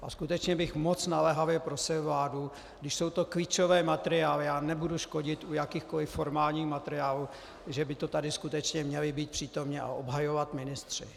A skutečně bych moc naléhavě prosil vládu, když jsou to klíčové materiály, já nebudu škodit u jakýchkoliv formálních materiálů, že by tady skutečně měli být přítomni a obhajovat ministři.